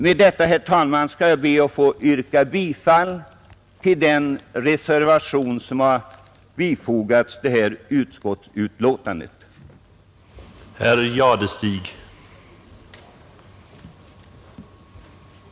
Med detta, herr talman, ber jag att få yrka bifall till den reservation som är fogad till jordbruksutskottets betänkande nr 4.